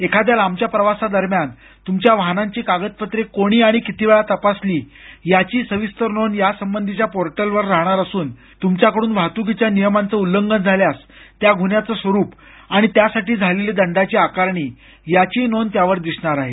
एखाद्या लांबच्या प्रवासादरम्यान तुमच्या वाहनांची कागदपत्रे कोणी आणि कितीवेळा तपासली याचीही सविस्तर नोंद यासंबंधीच्या पोर्टलवर राहणार असून तुमच्याकडून वाहतुकीच्या नियमांचं उल्लंघन झाल्यास त्या गुन्ह्याचं स्वरूप आणि त्यासाठी झालेली दंडाची आकारणी याचीही नोंद त्यावर दिसणार आहे